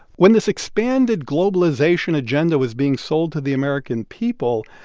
when this expanded globalization agenda was being sold to the american people,